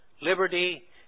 liberty